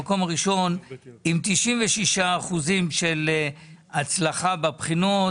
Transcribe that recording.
במקום הראשון עם 96% של הצלחה בבחינות